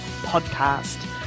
podcast